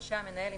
רשאי המנהל,